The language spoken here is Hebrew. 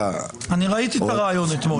ראיתי את הריאיון אתמול.